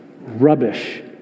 rubbish